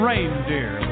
Reindeer